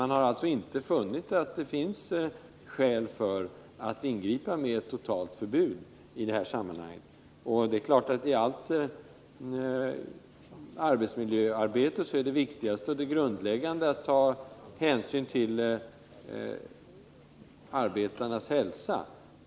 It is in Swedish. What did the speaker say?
Man har inte funnit skäl att ingripa med ett totalförbud. I allt arbetsmiljöarbete är det viktigaste och det grundläggande att ta hänsyn till arbetarnas hälsa.